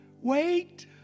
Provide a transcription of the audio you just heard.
wait